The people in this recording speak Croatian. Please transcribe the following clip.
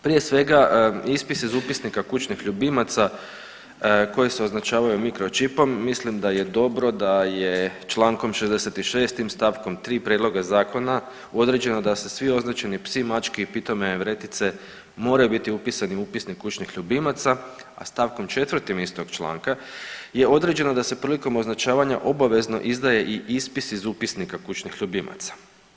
Prije svega ispis iz upisnika kućnih ljubimaca koje se označavaju mikročipom mislim da je dobro da je čl. 66. st. 3. prijedloga zakona određeno da se svi označeni psi, mačke i pitome vretice moraju biti upisani u upisnik kućnih ljubimaca, a st. 4. istog članka je određeno da se prilikom označavanja obavezno izdaje i ispis iz upisnika kućnih ljubimaca.